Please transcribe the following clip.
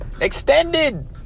Extended